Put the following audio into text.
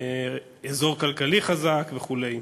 אזור כלכלי חזק וכו'.